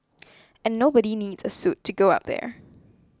and nobody needs a suit to go up there